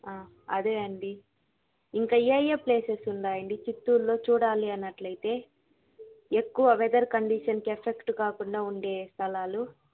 అదే అండి ఇంకా ఏ ఏ ప్లేసెస్ ఉన్నాయండి చిత్తూరులో చూడాలి అనట్లైతె ఎక్కువ వెదర్ కండిషన్కి ఎఫెక్ట్ కాకుండా వుండే స్థలాలు